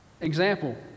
example